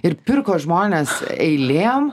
ir pirko žmonės eilėm